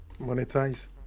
monetize